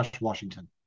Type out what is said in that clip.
Washington